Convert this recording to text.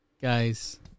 guys